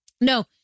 no